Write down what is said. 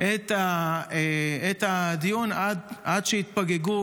את הדיון עד שיתפוגגו,